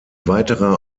weiterer